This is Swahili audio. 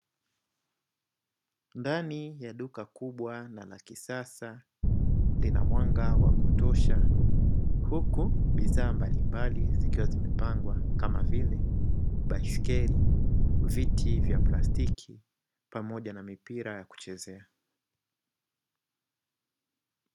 Ndani ya duka kubwa na la kisasa, lina mwanga wa kutosha huku bidhaa mbalimbali zikiwa zimepangwa, kama vile: baiskeli, viti vya plastiki pamoja na mipira ya kuchezea.